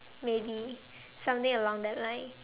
maybe something along that line